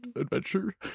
adventure